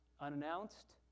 Unannounced